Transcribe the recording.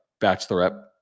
bachelorette